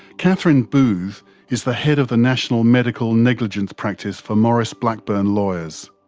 kathryn booth is the head of the national medical negligence practice for maurice blackburn lawyers.